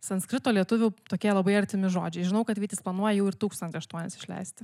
sanskrito lietuvių tokie labai artimi žodžiai žinau kad vytis planuoja jau ir tūkstantį aštuonis išleisti